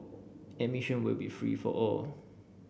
admission will be free for all